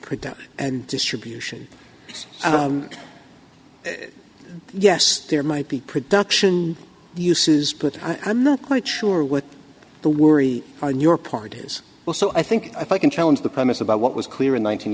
production and distribution so yes there might be production uses but i'm not quite sure what the worry on your part is also i think if i can challenge the premise about what was clear in